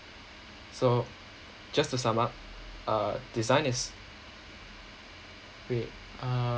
so just to sum up uh design is wait uh